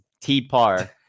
T-PAR